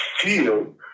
feel